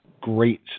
great